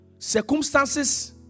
circumstances